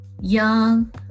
young